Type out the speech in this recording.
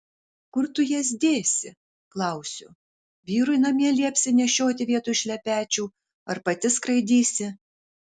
kur tu jas dėsi klausiu vyrui namie liepsi nešioti vietoj šlepečių ar pati skraidysi